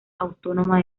autónoma